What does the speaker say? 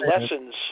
lessons